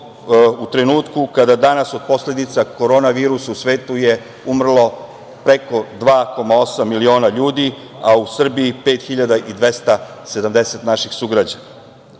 u trenutku kada danas od posledica Korona virusa u svetu je umrlo preko 2,8 miliona ljudi, a u Srbiji 5.270 naših sugrađana.U